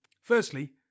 Firstly